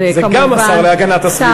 זה גם השר להגנת הסביבה.